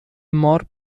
مار